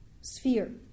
sphere